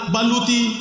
Baluti